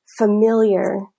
familiar